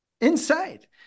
inside